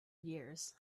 years